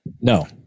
No